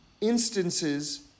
instances